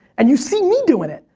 and you see me doing it.